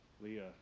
Leah